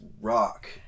rock